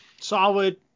solid